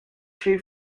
tree